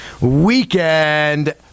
Weekend